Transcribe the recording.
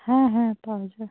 হ্যাঁ হ্যাঁ পাওয়া যায়